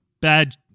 Bad